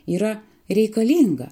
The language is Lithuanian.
yra reikalinga